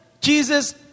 Jesus